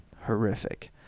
horrific